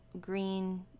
green